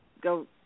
go